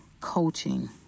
coaching